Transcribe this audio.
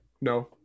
No